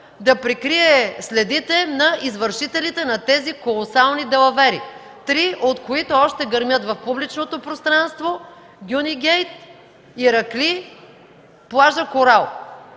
да прикрие следите на извършителите на тези колосални далавери, три от които още гърмят в публичното пространство – „Дюни гейт”, Иракли, плажът „Корал”,